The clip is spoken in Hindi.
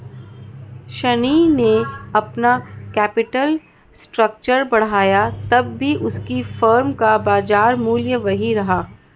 शनी ने अपना कैपिटल स्ट्रक्चर बढ़ाया तब भी उसकी फर्म का बाजार मूल्य वही रहा